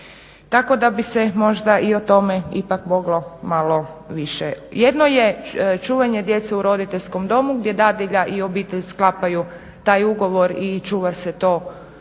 Tako da bi se možda i o tome moglo malo više. Jedno je čuvanje djece u roditeljskom domu gdje dadilja i obitelj sklapaju taj ugovor i čuva se to